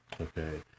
okay